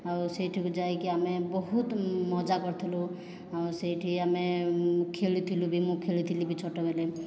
ଆଉ ସେଇଠିକୁ ଯାଇକି ଆମେ ବହୁତ ମଜା କରିଥିଲୁ ଆଉ ସେଇଠି ଆମେ ଖେଳିଥିଲୁ ବି ମୁଁ ଖେଳିଥିଲି ବି ଛୋଟବେଳେ